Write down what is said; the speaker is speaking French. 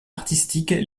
artistiques